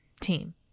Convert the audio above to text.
team